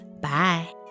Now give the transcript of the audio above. Bye